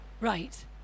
Right